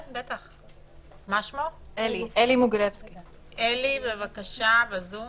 אלי בבקשה, בזום.